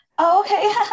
Okay